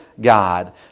God